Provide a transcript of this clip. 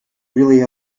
really